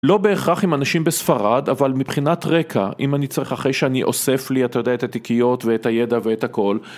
לא בהכרח עם אנשים בספרד אבל מבחינת רקע אם אני צריך אחרי שאני אוסף לי את התיקיות ואת הידע ואת הכל